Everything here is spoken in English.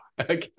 Okay